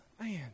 man